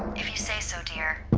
if you say so, dear.